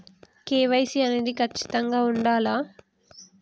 KYC అనేది ఖచ్చితంగా ఉండాలా?